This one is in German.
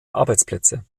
arbeitsplätze